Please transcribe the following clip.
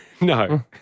No